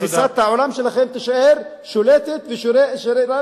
תפיסת העולם שלכם תישאר שולטת ושרירה